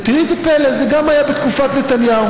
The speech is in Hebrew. וראי זה פלא, גם זה היה בתקופת נתניהו,